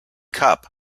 cup